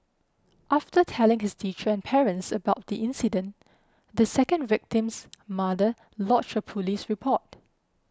after telling his teacher and parents about the incident the second victim's mother lodged a police report